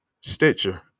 Stitcher